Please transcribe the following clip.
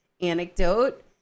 anecdote